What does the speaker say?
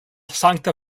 sankta